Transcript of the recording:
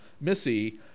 Missy